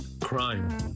Crime